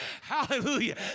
Hallelujah